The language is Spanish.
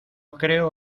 creo